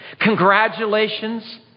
congratulations